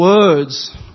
words